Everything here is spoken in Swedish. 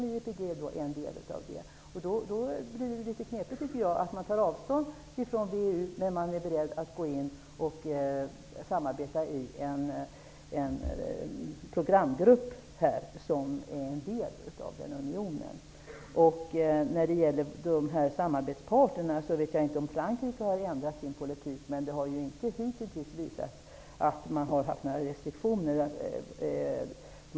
IEPG är ju en del av detta. Det blir litet knepigt att man tar avstånd från WEU men är beredd att gå in i ett samarbete med en programgrupp som är en del av denna union. När det gäller samarbetspartner vet jag inte om Frankrike har ändrat sin politik. Men det har hitintills inte visats att man har haft några restriktioner.